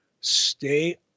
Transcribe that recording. stay